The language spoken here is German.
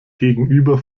gegenüber